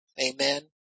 Amen